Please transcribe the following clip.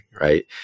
right